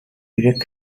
direct